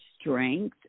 strength